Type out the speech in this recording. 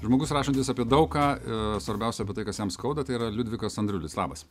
žmogus rašantis apie daug ką svarbiausia apie tai kas jam skauda tai yra liudvikas andirulis labas